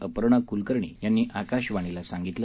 अपर्णा कुलकर्णी यांनी आकाशवाणीला सांगितलं